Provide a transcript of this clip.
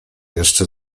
jeszcze